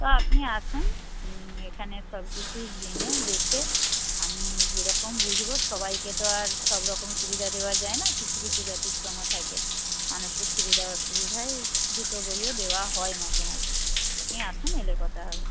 তো আপনি আসুন এখানে সবকিছু জেনে দেখে আমি যেরকম বুঝব সবাইকে তো আর সব রকম সুবিধা দেওয়া যায় না কিছু কিছু ব্যতিক্রমও থাকে মানুষের সুবিধা অসুবিধায় দুটো বইও দেওয়া হয় মাঝে মাঝে আপনি আসুন এলে কথা হবে